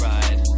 Ride